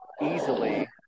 easily